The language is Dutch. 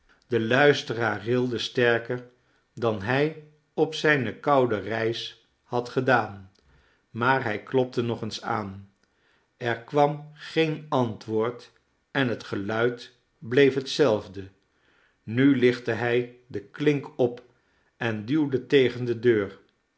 de luisteraar rilde sterker dan hij op zijne koude reis had gedaan maar hij klopte nog eens aan er kwam geen antwoord en het geluid bleef hetzelfde nu lichtte hij de klink op en duwde tegen de deur